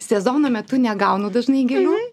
sezono metu negaunu dažnai gėlių